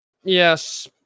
Yes